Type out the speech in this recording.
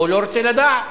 או לא רוצה לדעת,